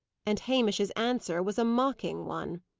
and hamish's answer was a mocking one.